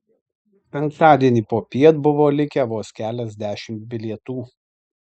penktadienį popiet buvo likę vos keliasdešimt bilietų